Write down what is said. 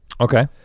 Okay